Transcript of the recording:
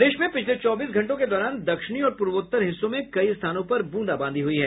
प्रदेश में पिछले चौबीस घंटों के दौरान दक्षिणी और पूर्वोत्तर हिस्सों में कई स्थानों पर बूंदाबांदी हुई है